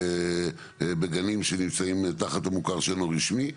בגנים שנמצאים תחת המוכר שאינו רשמי.